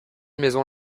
maison